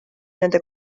nende